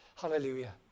Hallelujah